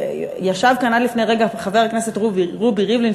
וישב כאן עד לפני רגע חבר הכנסת רובי ריבלין,